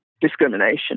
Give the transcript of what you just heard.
discrimination